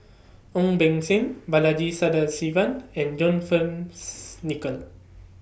Ong Beng Seng Balaji Sadasivan and John Fearns Nicoll